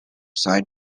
side